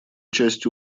частью